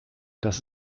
das